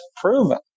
proven